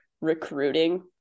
recruiting